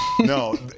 No